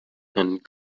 and